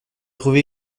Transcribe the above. trouvé